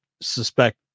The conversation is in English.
suspect